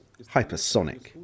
hypersonic